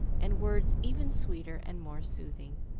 and words even sweeter and more soothing.